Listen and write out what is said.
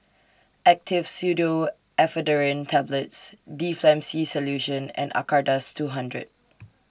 Actifed Pseudoephedrine Tablets Difflam C Solution and Acardust two hundred